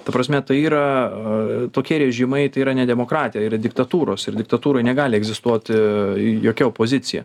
ta prasme tai yra tokie režimai tai yra ne demokratija yra diktatūros ir diktatūroj negali egzistuoti jokia opozicija